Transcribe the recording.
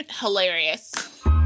Hilarious